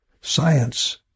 Science